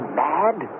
mad